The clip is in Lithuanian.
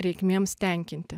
reikmėms tenkinti